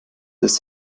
ist